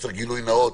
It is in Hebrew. צריך גילוי נאות